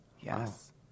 Yes